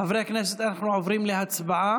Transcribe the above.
חברי הכנסת, אנחנו עוברים להצבעה.